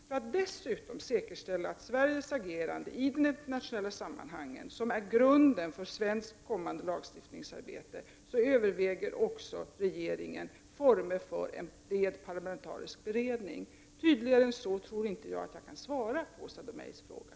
För att dessutom säkerställa grunden för svenskt kommande lagstiftningsarbete överväger regeringen former för en bred parlamentarisk beredning. Tydligare än så tror jag inte att jag kan svara på Åsa Domeijs fråga.